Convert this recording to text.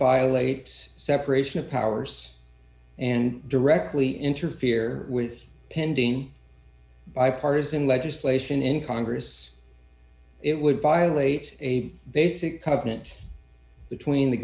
violate separation of powers and directly interfere with pending bipartisan legislation in congress it would violate a basic covenant between the